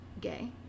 gay